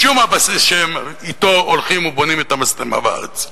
משום הבסיס שאתו הם הולכים ובונים את המשטמה בארץ,